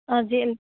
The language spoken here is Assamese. আজি